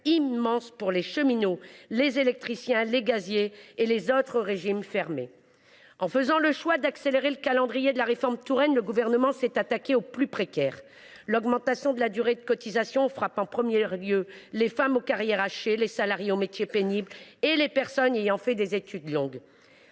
immense pour les cheminots, les électriciens, les gaziers et les salariés des autres régimes fermés. En faisant le choix d’accélérer le calendrier de la réforme Touraine, le Gouvernement s’est attaqué aux plus précaires. L’augmentation de la durée de cotisation frappe en premier lieu les femmes ayant des carrières hachées, les salariés aux métiers pénibles et les personnes ayant fait des études longues.